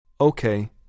Okay